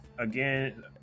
Again